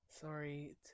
sorry